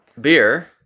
beer